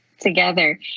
together